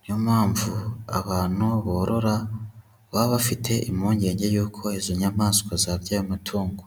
Niyo mpamvu abantu borora baba bafite impungenge yuko izo nyamaswa zarya ayo matungo.